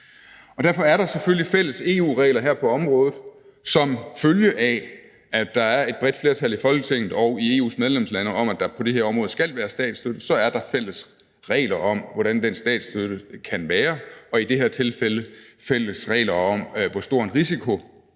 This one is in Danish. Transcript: Derfor er der selvfølgelig fælles EU-regler her på området. Som følge af at der er et bredt flertal i Folketinget og i EU's medlemslande for, at der på det her område skal være statsstøtte, så er der fælles regler om, hvordan den statsstøtte skal være, og i det her tilfælde fælles regler om, hvor stor en risiko